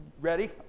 Ready